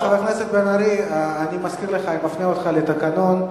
חבר הכנסת בן-ארי, אני מפנה אותך לתקנון.